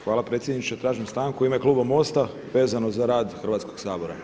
Hvala predsjedniče, tražim stanku u ime kluba MOST-a vezano za rad Hrvatskoga sabora.